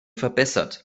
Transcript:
verbessert